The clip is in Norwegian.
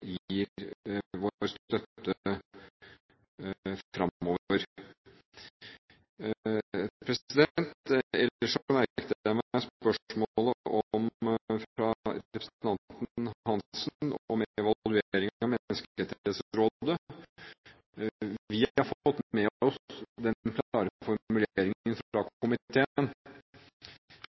gir vår støtte fremover. Ellers merket jeg meg spørsmålet fra representanten Hansen om evaluering av Menneskerettighetsrådet. Vi har fått med oss den klare formuleringen fra komiteen.